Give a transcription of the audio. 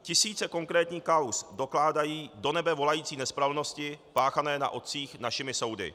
Tisíce konkrétních kauz dokládají do nebe volající nespravedlnosti páchané na otcích našimi soudy.